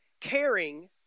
Caring